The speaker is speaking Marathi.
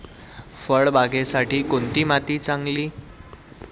फळबागेसाठी कोणती माती चांगली?